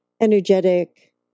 energetic